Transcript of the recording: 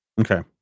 Okay